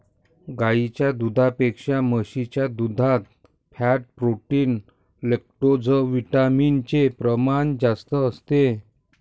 गाईच्या दुधापेक्षा म्हशीच्या दुधात फॅट, प्रोटीन, लैक्टोजविटामिन चे प्रमाण जास्त असते